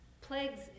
plagues